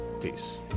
Peace